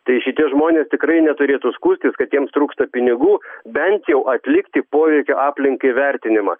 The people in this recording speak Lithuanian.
tai šitie žmonės tikrai neturėtų skųstis kad jiems trūksta pinigų bent jau atlikti poveikio aplinkai vertinimą